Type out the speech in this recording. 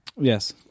yes